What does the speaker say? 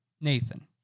Nathan